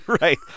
Right